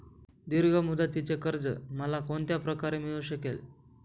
दीर्घ मुदतीचे कर्ज मला कोणत्या प्रकारे मिळू शकेल?